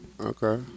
Okay